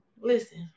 listen